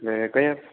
એટલે કયું